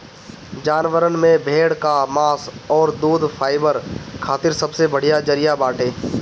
जानवरन में भेड़ कअ मांस अउरी दूध फाइबर खातिर सबसे बढ़िया जरिया बाटे